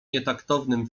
nietaktownym